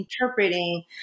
interpreting